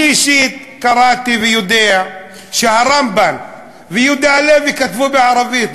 אני אישית קראתי ויודע שהרמב"ם ויהודה הלוי כתבו בערבית,